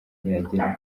yageraho